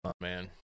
man